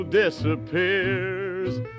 Disappears